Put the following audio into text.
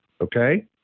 Okay